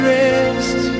rest